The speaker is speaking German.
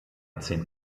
zehn